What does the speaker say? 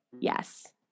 Yes